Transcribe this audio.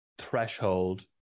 threshold